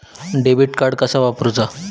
Debit card कसा वापरुचा?